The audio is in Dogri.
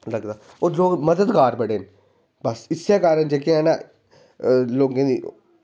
ओह् लोग मददगार बड़े न ते बस इस्सै कारण जेह्के हैन ना लोकें ई